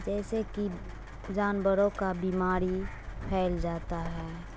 جیسے کہ جانوروں کا بیماری پھیل جاتا ہے